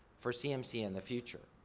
for cmc in the future.